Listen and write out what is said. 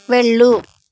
వెళ్ళు